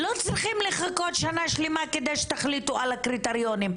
לא צריכים לחכות שנה שלמה על מנת שתחליטו על הקריטריונים,